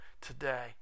today